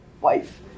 wife